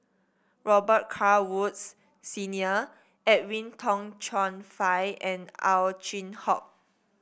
Robet Carr Woods Senior Edwin Tong Chun Fai and Ow Chin Hock